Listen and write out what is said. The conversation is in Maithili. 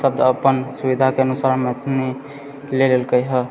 शब्द अपन सुविधाके अनुसार मैथिली लेललके हइ